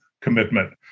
commitment